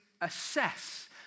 assess